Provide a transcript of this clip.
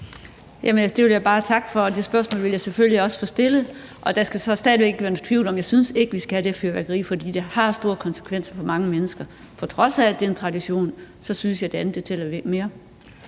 Det vil jeg bare takke for, og det spørgsmål vil jeg selvfølgelig også få stillet. Der skal så stadig væk ikke være nogen tvivl om, at jeg ikke synes, at vi skal have det fyrværkeri, fordi det har store konsekvenser for mange mennesker. På trods af at det er en tradition, synes jeg, at det andet tæller lidt